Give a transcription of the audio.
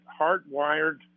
hardwired